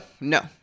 no